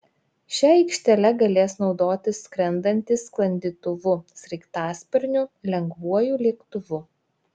šia aikštele galės naudotis skrendantys sklandytuvu sraigtasparniu lengvuoju lėktuvu